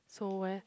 so where